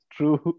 True